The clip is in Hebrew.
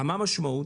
מה המשמעות?